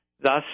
Thus